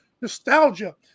Nostalgia